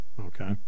okay